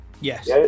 Yes